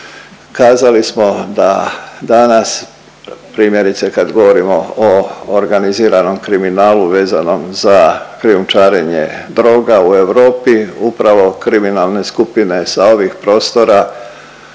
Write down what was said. kazali smo da danas primjerice kad govorimo o organiziranom kriminalu vezanom za krijumčarenjem droga u Europi upravo kriminalne skupine sa ovih prostora